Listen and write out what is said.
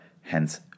hence